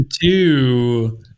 two